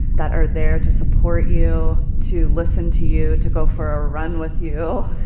that are there to support you, to listen to you, to go for a run with you.